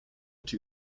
two